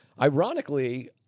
ironically